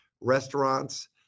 restaurants